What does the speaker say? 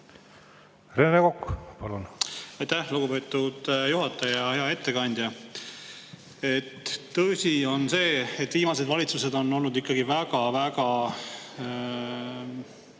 Rene Kokk, palun! Aitäh, lugupeetud juhataja! Hea ettekandja! Tõsi on see, et viimased valitsused on olnud ikkagi väga-väga